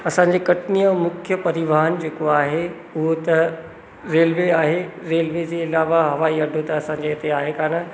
असांजे कटनीअ मुख्य परिवहन जेको आहे उहो त रेलवे आहे रेलवे जे अलावा हवाई अड्डो त असांखे हिते आहे कोन्ह